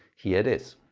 here it is.